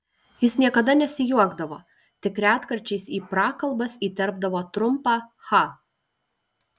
jis niekada nesijuokdavo tik retkarčiais į prakalbas įterpdavo trumpą cha